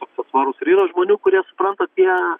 aksesuarus ir yra žmonių kurie supranta apie